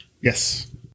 Yes